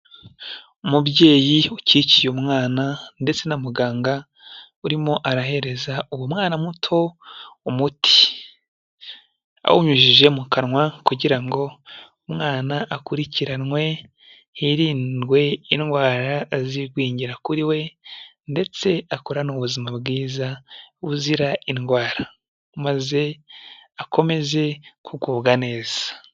Umubyeyi ukikiye umwana ndetse na muganga urimo arahereza uwo mwana muto umuti, awunyujije mu kanwa kugira ngo umwana akurikiranwe hirindwe indwara z'igwingira kuri we, ndetse akurane ubuzima bwiza buzira indwara maze akomeze kugubwa neza.